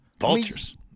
Vultures